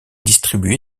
distribuée